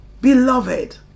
Beloved